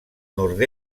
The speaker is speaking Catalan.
nord